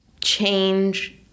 change